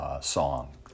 song